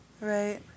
Right